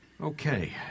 Okay